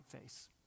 face